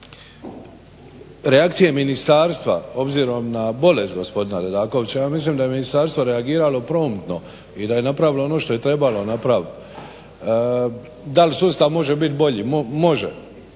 reakcije ministarstva obzirom na bolest gospodina Dedakovića, ja mislim da je ministarstvo reagiralo promptno i da je napravilo ono što je trebalo napraviti. Da li sustav može biti bolji? Može.